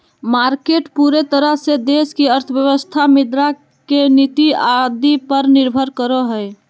market पूरे तरह से देश की अर्थव्यवस्था मुद्रा के नीति आदि पर निर्भर करो हइ